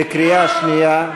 בקריאה שנייה.